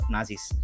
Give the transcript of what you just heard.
Nazis